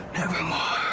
nevermore